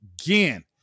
again